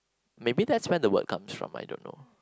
maybe that's where the word comes from I don't know